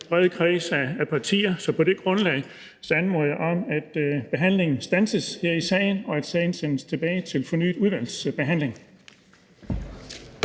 bred kreds af partier. Så på det grundlag anmoder jeg om, at behandlingen standses her i salen, og at sagen sendes tilbage til fornyet udvalgsbehandling.